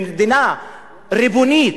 במדינה ריבונית,